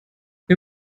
wir